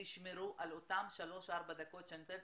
תשמרו על אותן שלוש-ארבע דקות שאני נותנת